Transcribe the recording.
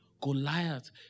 Goliath